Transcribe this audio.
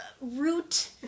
root